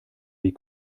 wie